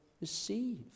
receive